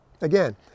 Again